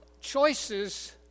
choices